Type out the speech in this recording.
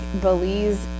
Belize